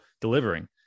delivering